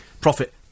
Profit